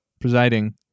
presiding